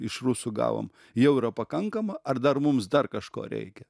iš rusų gavom jau yra pakankama ar dar mums dar kažko reikia